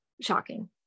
shocking